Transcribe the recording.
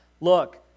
Look